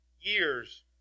years